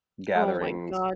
gatherings